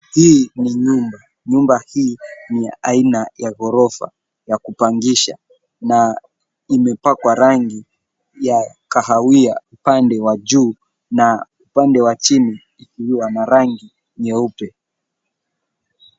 Hii ni nyumba. Nyumba hii ni ya aina ya ghorofa ya kupangisha na imepakwa rangi ya kahawia pande wa juu na pande wa chini ukiwa na rangi nyeupe.